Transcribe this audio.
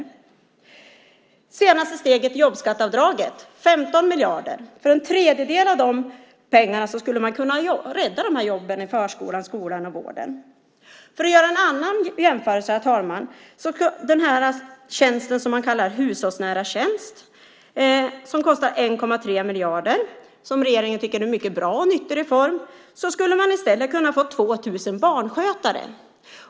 Det senaste steget i jobbskatteavdraget kostar 15 miljarder. För en tredjedel av dessa pengar skulle man kunna rädda dessa jobb i förskolan, skolan och vården. Jag kan göra en annan jämförelse. De hushållsnära tjänsterna kostar 1,3 miljarder. Det tycker regeringen är en mycket bra och nyttig reform. För dessa pengar skulle man i stället kunna få 2 000 barnskötare.